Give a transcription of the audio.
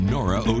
Nora